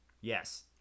Yes